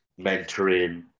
mentoring